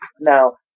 Now